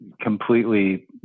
completely